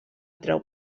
treu